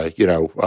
ah you know,